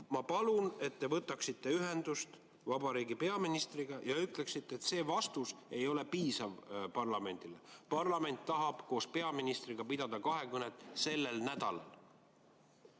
Ma palun, et te võtaksite ühendust vabariigi peaministriga ja ütleksite, et [tema senine] vastus ei ole parlamendile piisav. Parlament tahab koos peaministriga pidada kahekõnet sellel nädalal.